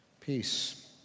Peace